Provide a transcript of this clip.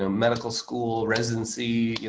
ah medical school residency,